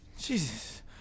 Jesus